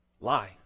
lie